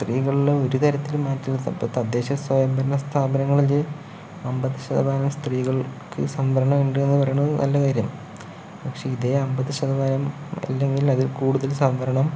സ്ത്രീകളില് ഒരു തരത്തിലും മാറ്റി നിർത്ത ഇപ്പോൾ തദ്ദേശ സ്വയംഭരണ സ്ഥാപനങ്ങളില് അൻപത് ശതമാനം സ്ത്രീകൾക്ക് സംവരണം ഉണ്ടെന്ന് പറയണത് നല്ല കാര്യാണ് പക്ഷെ ഇതേ അമ്പത് ശതമാനം അല്ലെങ്കിൽ അതിൽ കൂടുതൽ സംവരണം